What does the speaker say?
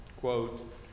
Quote